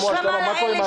מה קורה עם ההשלמה,